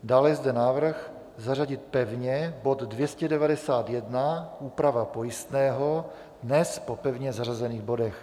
Dále je zde návrh zařadit pevně bod 291 úprava pojistného dnes po pevně zařazených bodech.